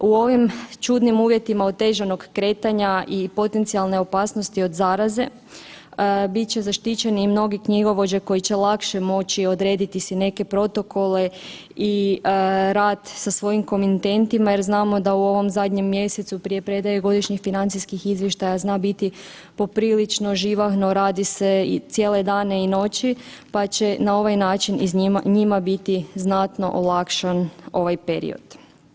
U ovim čudnim uvjetima otežanog kretanja i potencijalne opasnosti od zaraze bit će zaštićeni i mnogi knjigovođe koji će lakše moći odrediti si neke protokole i rad sa svojim komitentima jer znamo da u ovom zadnjem mjesecu prije predaje godišnjih financijskih izvještaja zna biti poprilično živahno, radi se i cijele dane i noći, pa će na ovaj način njima biti znatno olakšan ovaj period.